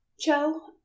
Joe